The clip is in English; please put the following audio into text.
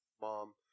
mom